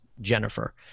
Jennifer